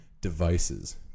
devices